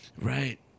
Right